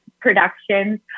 Productions